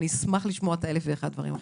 אני אשמח לשמוע את ה-1,001 דברים אחרים,